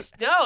no